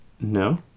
No